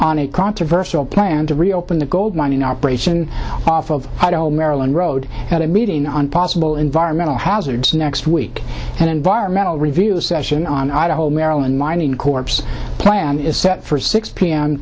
on a controversial plan to reopen the gold mining operation off of maryland road at a meeting on possible environmental hazards next week an environmental review session on idaho maryland mining corp's plan is set for six p